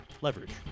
leverage